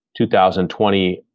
2020